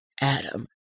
Adam